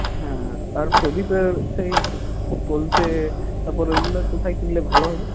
হ্যাঁ হ্যাঁ আর প্রদীপের সেই পোলতে তারপর ওইগুলা কোথায় কিনলে ভালো হবে